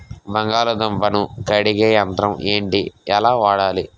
బంగాళదుంప ను కడిగే యంత్రం ఏంటి? ఎలా వాడాలి?